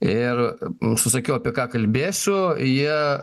ir nusisakiau apie ką kalbėsiu jie